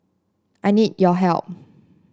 I need your help